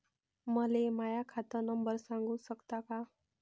मले माह्या खात नंबर सांगु सकता का?